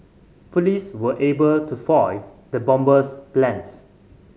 police were able to foil the bomber's plans